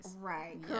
Right